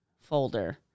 folder